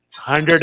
Hundred